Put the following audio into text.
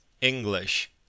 English